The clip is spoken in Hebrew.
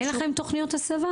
אין לכם תוכניות הסבה?